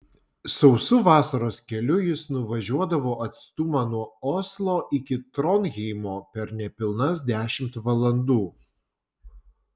sausu vasaros keliu jis nuvažiuodavo atstumą nuo oslo iki tronheimo per nepilnas dešimt valandų